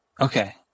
Okay